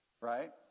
Right